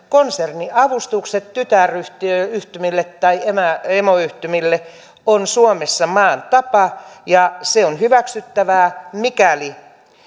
konserniavustukset tytäryhtymille tai emoyhtymille on suomessa maan tapa ja se on hyväksyttävää mikäli